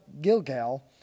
Gilgal